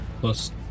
plus